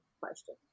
question